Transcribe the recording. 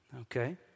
Okay